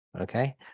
okay